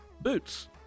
Boots